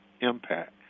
impact